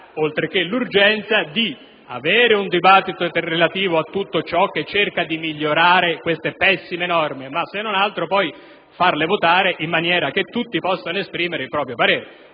oltre che dell'urgenza, di avere un dibattito relativo a tutto ciò che cerca di migliorare queste pessime norme, ma se non altro, poi, si dovrebbe farle votare in maniera tale che tutti possano esprimere il proprio parere.